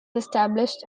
established